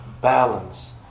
balance